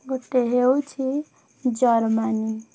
ଗୋଟେ ହେଉଛି ଜର୍ମାନୀ